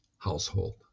household